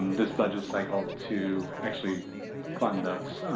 this budget cycle, to actually fund those,